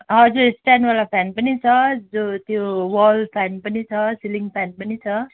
हजुर स्ट्यान्डवाला फ्यान पनि छ जो त्यो वल फ्यान पनि छ सिलिङ्ग फ्यान पनि छ